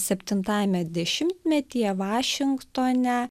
septintajame dešimtmetyje vašingtone